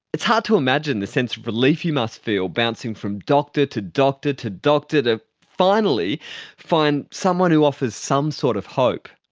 it's hard to imagine the sense of relief you must feel, bouncing from doctor to doctor to doctor, to finally find someone who offers some sort of hope.